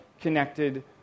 connected